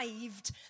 arrived